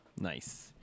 nice